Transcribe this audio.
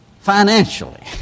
financially